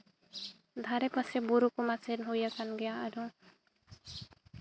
ᱫᱷᱟᱨᱮ ᱯᱟᱥᱮ ᱵᱩᱨᱩ ᱠᱚᱢᱟ ᱥᱮᱱ ᱦᱩᱭ ᱟᱠᱟᱱ ᱜᱮᱭᱟ ᱟᱨᱦᱚᱸ